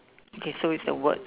okay so it's the word